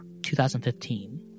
2015